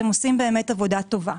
אתם עושים עבודה טובה.